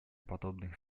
подобных